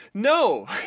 no.